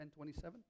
1027